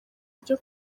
ibyo